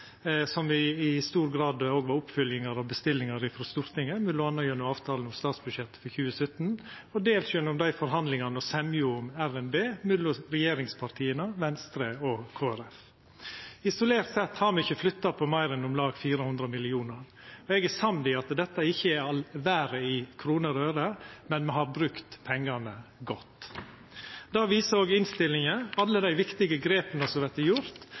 med, som i stor grad er oppfølging av bestillingar frå Stortinget, m.a. gjennom avtalen om statsbudsjettet for 2017, og dels gjennom forhandlingane og semja om RNB mellom regjeringspartia, Venstre og Kristeleg Folkeparti. Isolert sett har me ikkje flytta på meir enn om lag 400 mill. kr. Eg er samd i at dette ikkje er all verda i kroner og øre, men me har brukt pengane godt. Det viser òg innstillinga. Alle dei viktige grepa som vert